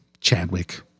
Chadwick